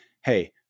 Hey